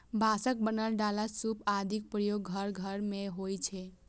बांसक बनल डाला, सूप आदिक प्रयोग घर घर मे होइ छै